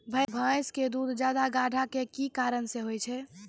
भैंस के दूध ज्यादा गाढ़ा के कि कारण से होय छै?